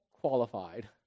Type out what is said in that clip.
qualified